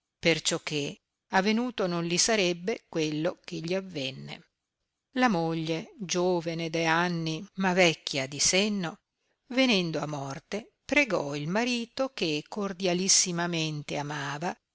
avesse perciò che avenuto non li sarebbe quello che gli avenne la moglie giovene de anni ma vecchia di senno venendo a morte pregò il marito che cordialissimamente amava